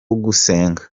gusenga